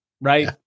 right